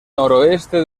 noroeste